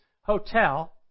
hotel